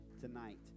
tonight